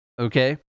Okay